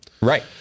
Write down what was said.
Right